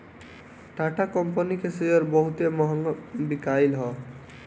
Tata company के share बहुते महंग बिकाईल हअ